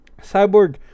Cyborg